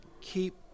keep